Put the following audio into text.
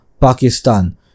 Pakistan